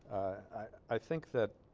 i think that